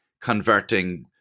converting